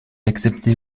acceptait